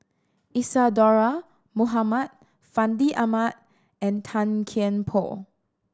Isadhora Mohamed Fandi Ahmad and Tan Kian Por